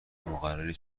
مقرری